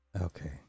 Okay